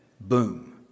boom